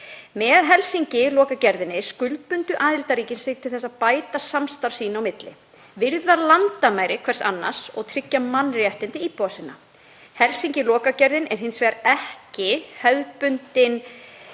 Með Helsinki-lokagerðinni skuldbundu aðildarríkin sig til að bæta samstarf sín á milli, virða landamæri hvert annars og tryggja mannréttindi íbúa sinna. Helsinki-lokagerðin er hins vegar ekki hefðbundinn